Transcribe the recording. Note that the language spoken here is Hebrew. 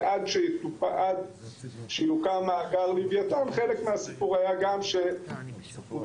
ועד שיוקם מאגר לוויתן חלק מהסיפור היה גם שאותרו